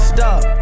Stop